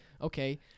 Okay